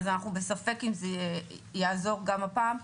אז אנחנו בספק אם זה יעזור גם הפעם,